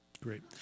Great